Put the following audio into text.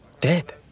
Dead